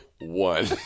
one